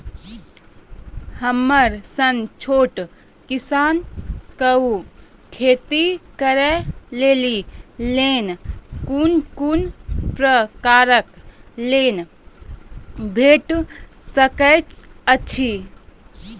हमर सन छोट किसान कअ खेती करै लेली लेल कून कून प्रकारक लोन भेट सकैत अछि?